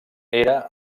era